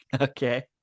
Okay